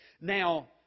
Now